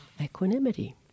Equanimity